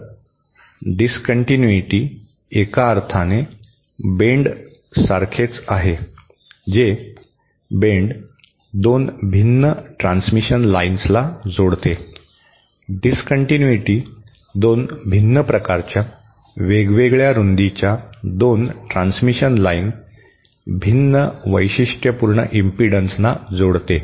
तर डिसकंटिन्यूइटी एका अर्थाने बेंड सारखेच आहे जे बेंड दोन भिन्न ट्रांसमिशन लाईन्सला जोडते डिसकंटिन्यूइटी 2 भिन्न प्रकारच्या वेगवेगळ्या रुंदीच्या 2 ट्रान्समिशन लाइन भिन्न वैशिष्ट्यपूर्ण इम्पिडन्सना जोडते